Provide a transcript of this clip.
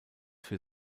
für